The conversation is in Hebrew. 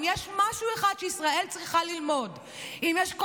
אם יש משהו אחד שישראל צריכה ללמוד,